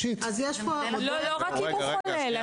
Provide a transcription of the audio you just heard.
לא רק אם הוא חולה.